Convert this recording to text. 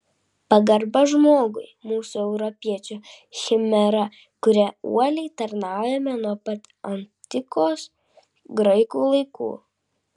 pagarba žmogui mūsų europiečių chimera kuriai uoliai tarnaujame nuo pat antikos graikų laikų